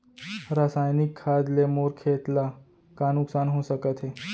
रसायनिक खाद ले मोर खेत ला का नुकसान हो सकत हे?